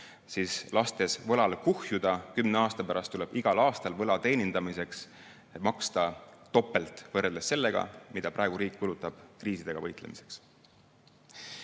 siis lastes võlal kuhjuda, tuleb kümne aasta pärast igal aastal võla teenindamiseks maksta topelt võrreldes sellega, mida riik kulutab kriisidega võitlemiseks.